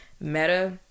meta